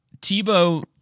Tebow